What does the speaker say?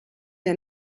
der